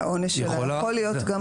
שהעונש שלה יכול להיות גם קנס.